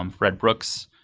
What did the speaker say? um fred brooks,